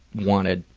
wanted